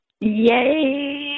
Yay